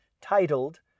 titled